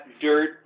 dirt